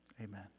amen